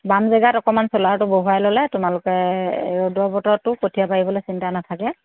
বাম জেগাত অকণমান ছ'লাৰটো বহুৱাই ল'লে তোমালোকে ৰ'দৰ বতৰটো কঠীয়া পাৰিবলৈ চিন্তা নাথাকে